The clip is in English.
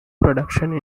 production